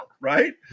Right